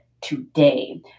today